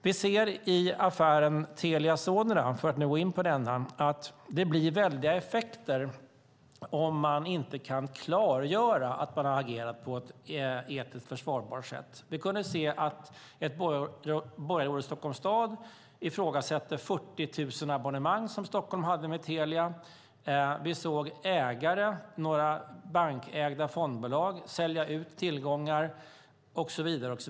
Vi ser i affären Telia Sonera, för att nu gå in på den, att det blir väldiga effekter om man inte kan klargöra att man har agerat på ett etiskt försvarbart sätt. Vi kunde se att ett borgarråd i Stockholms stad ifrågasatte 40 000 abonnemang som Stockholm hade med Telia. Vi såg bankägda fondbolag sälja ut tillgångar och så vidare.